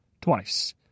twice